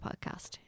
Podcast